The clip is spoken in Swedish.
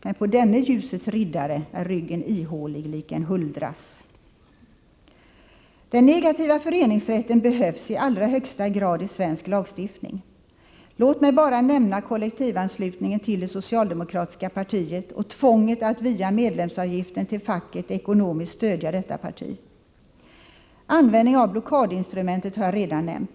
Men på denne ljusets riddare är ryggen ihålig lik en huldras. Den negativa föreningsrätten behövs i allra högsta grad i svensk lagstiftning. Låt mig bara nämna kollektivanslutningen till det socialdemokratiska partiet och tvånget att via medlemsavgiften till facket ekonomiskt stödja detta parti. Användningen av blockadinstrumentet har jag redan nämnt.